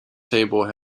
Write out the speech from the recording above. table